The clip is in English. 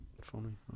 funny